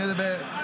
אני מוכן גם להתערב.